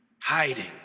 hiding